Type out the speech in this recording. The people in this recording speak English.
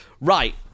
right